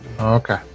okay